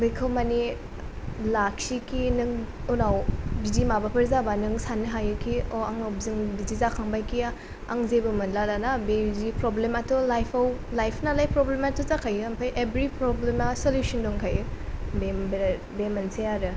बेखौ माने लाखिखि नों उनाव बिदि माबाफोर जाब्ला साननो हायो खि अ' आंनाव बिदिबायदि जाखांबाय खि आं जेबो मोनला दाना बिदि प्रब्लेमा'थ लाइफाव लाइफ नालाय प्रब्लेमाथ' जाखायो ओमफ्राय एभ्रि प्रब्लेमा सलिउसन दंखायो बे मोनसे आरो